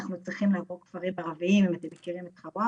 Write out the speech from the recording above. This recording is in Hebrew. אנחנו צריכים לעבור דרך הרבה כפרים ערביים אם אתם מכירים את חווארה.